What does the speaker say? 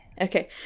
Okay